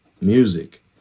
music